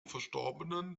verstorbenen